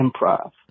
Improv